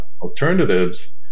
alternatives